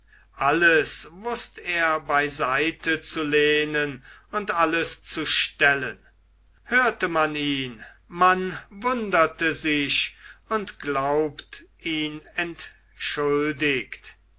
alles wußt er beiseite zu lehnen und alles zu stellen hörte man ihn man wunderte sich und glaubt ihn entschuldigt